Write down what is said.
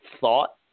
thought